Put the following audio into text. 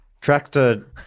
Tractor